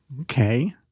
okay